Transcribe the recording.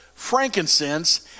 frankincense